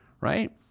right